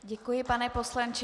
Děkuji, pane poslanče.